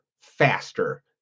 faster